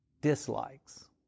dislikes